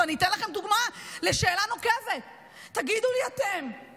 ובנאום הבא שלי אני אגע בעוד